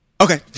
Okay